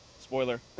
Spoiler